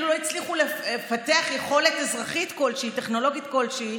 לא הצליחו לפתח יכולת אזרחית טכנולוגית כלשהי,